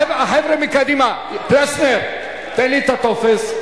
החבר'ה מקדימה, פלסנר, תן לי את הטופס.